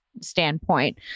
standpoint